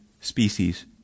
species